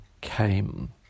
Came